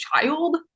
child